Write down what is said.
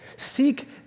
Seek